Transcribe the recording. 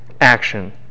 action